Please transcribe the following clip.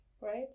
right